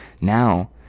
now